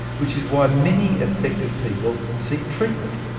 which is why many affected people seek treatment.